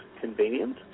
convenient